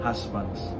Husbands